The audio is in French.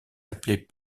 appelée